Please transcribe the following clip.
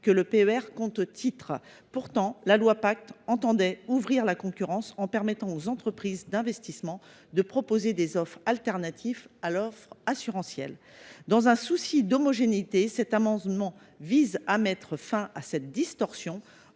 de l’objectif de la loi Pacte d’ouvrir la concurrence en permettant aux entreprises d’investissement de proposer des offres alternatives à l’offre assurantielle. Dans un souci d’homogénéité, cet amendement vise à mettre fin à cette distorsion